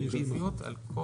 הסתייגויות 7 עד 9